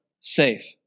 Safe